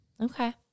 Okay